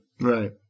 Right